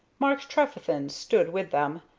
mark trefethen stood with them,